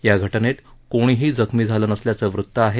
या घटनेत कोणीही जखमी झालं नसल्याचं वृत आहे